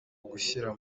ugushyira